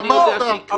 אמרת.